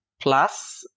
Plus